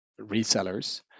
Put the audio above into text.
resellers